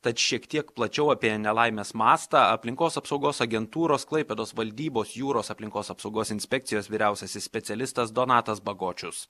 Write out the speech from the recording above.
tad šiek tiek plačiau apie nelaimės mastą aplinkos apsaugos agentūros klaipėdos valdybos jūros aplinkos apsaugos inspekcijos vyriausiasis specialistas donatas bagočius